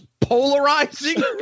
polarizing